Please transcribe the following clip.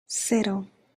cero